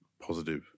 positive